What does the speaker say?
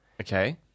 okay